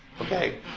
Okay